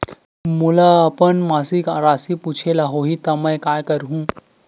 मोला अपन मासिक राशि पूछे ल होही त मैं का करहु?